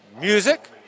music